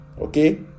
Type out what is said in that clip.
okay